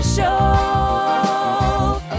Show